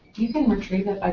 you can retrieve it